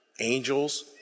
angels